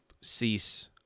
cease